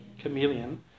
chameleon